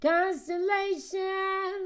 Constellation